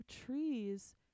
trees